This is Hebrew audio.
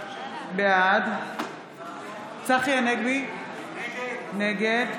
בעד צחי הנגבי, נגד